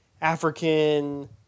African